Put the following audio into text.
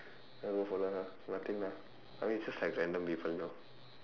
then I go follow her nothing lah I mean it's just random people lor